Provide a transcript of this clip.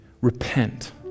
repent